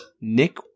Nick